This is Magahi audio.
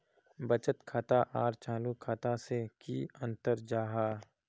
बचत खाता आर चालू खाता से की अंतर जाहा?